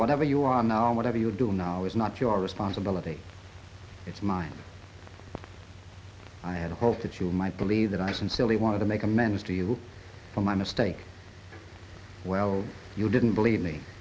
whatever you are now whatever you're doing now is not your responsibility it's mine i had hoped that you might believe that i sincerely wanted to make amends to you for my mistake well you didn't believe me